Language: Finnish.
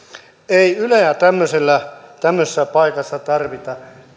ei yleä tämmöisessä tämmöisessä paikassa tarvita